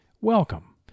Welcome